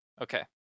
Okay